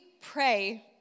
pray